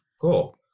Cool